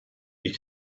you